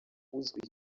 uzwi